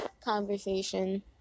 conversation—